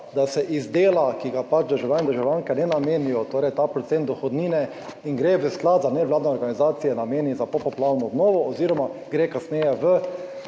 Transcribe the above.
da se iz dela, ki ga pač državljani in državljanke ne namenijo, torej ta procent dohodnine in gre v Sklad za nevladne organizacije nameni za popoplavno obnovo oz. gre kasneje v